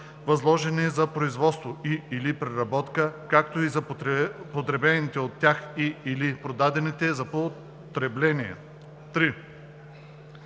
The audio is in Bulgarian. възложени за производство и/или преработка, както и за потребените от тях и/или продадените за потребление;